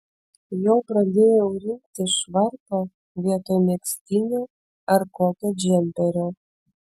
jau pradėjau rinktis švarką vietoj megztinio ar kokio džemperio